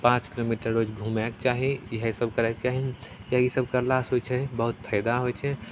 पाँच किलोमीटर रोज घुमैके चाही इएहसब करैके चाही यहीसब करलासे होइ छै बहुत फायदा होइ छै